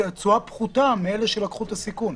תשואה פחותה מאלו שלקחו את הסיכון.